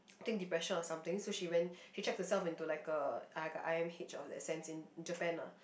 think depression or something so she went she checked herself into like a like a I_M_H of that sense in Japan ah